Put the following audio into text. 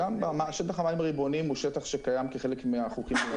שטח המים הריבוניים הוא שטח שקיים כחלק מהחוקים במדינת ישראל.